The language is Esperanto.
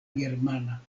germana